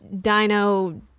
dino